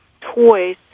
toys